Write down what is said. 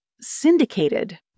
syndicated